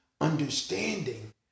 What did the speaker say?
understanding